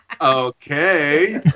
Okay